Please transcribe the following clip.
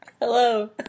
Hello